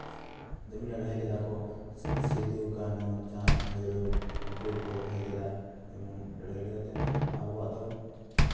ᱡᱮᱢᱚᱱ ᱞᱟᱹᱲᱦᱟᱹᱭ ᱞᱮᱫᱟᱠᱚ ᱥᱤᱫᱩ ᱠᱟᱹᱱᱦᱩ ᱪᱟᱸᱫᱽ ᱵᱷᱳᱭᱨᱳᱵᱽ ᱩᱱᱠᱩ ᱠᱚ ᱞᱟᱹᱲᱦᱟᱹᱭ ᱞᱮᱫᱟ ᱡᱮᱢᱚᱱ ᱞᱟᱹᱲᱦᱟᱹᱭ ᱞᱟᱹᱲᱦᱟᱹᱭ ᱛᱮ ᱟᱵᱚᱣᱟᱜ ᱫᱚ